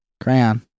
crayon